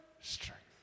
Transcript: strength